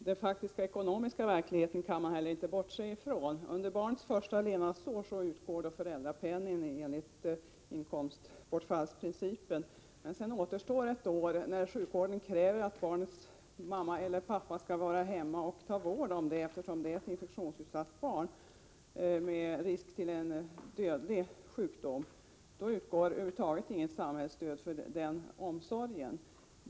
Fru talman! Man kan inte bortse från den faktiska ekonomiska verkligheten. Under barnets första levnadsår utgår föräldrapenning enligt inkomstbortfallsprincipen. Men under det andra levnadsåret, då sjukvården kräver att barnets mamma eller pappa skall vara hemma och ta hand barnet, eftersom det är infektionsutsatt med risk att få en dödlig sjukdom, utgår över huvud taget inte något samhällsstöd för den omsorgen.